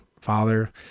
father